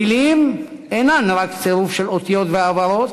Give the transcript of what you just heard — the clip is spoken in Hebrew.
מילים אינן רק צירוף של אותיות והברות,